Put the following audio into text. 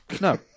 No